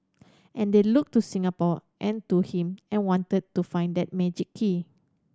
and they looked to Singapore and to him and wanted to find that magic key